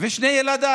ואת שני ילדיו.